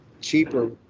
cheaper